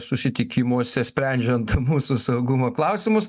susitikimuose sprendžiant mūsų saugumo klausimus